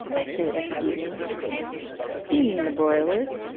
i say every evening do you mean the broilers?